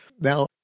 Now